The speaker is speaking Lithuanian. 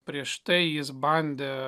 prieš tai jis bandė